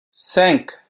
cinq